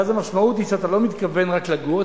כי אז המשמעות היא שאתה לא מתכוון רק לגור,